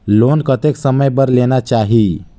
Loan कतेक समय बर लेना चाही?